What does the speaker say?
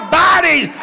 bodies